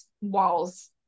walls